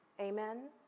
Amen